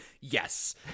yes